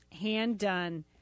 hand-done